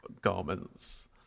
garments